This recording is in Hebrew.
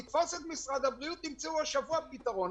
לתפוס את משרד הבריאות כדי למצוא השבוע פתרון,